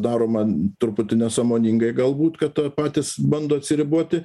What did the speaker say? daroma truputį nesąmoningai galbūt kad patys bando atsiriboti